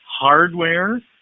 hardware